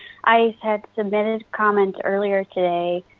i had submitted comments earlier today,